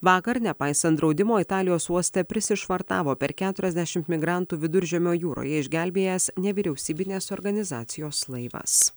vakar nepaisant draudimo italijos uoste prisišvartavo per keturiasdešimt migrantų viduržemio jūroje išgelbėjęs nevyriausybinės organizacijos laivas